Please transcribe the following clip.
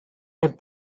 and